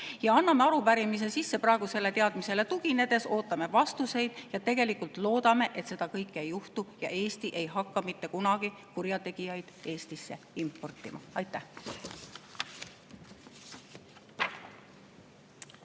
Anname arupärimise sisse praegusele teadmisele tuginedes, ootame vastuseid ja loodame, et seda kõike ei juhtu ja Eesti ei hakka mitte kunagi kurjategijaid Eestisse importima. Vadim